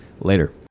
Later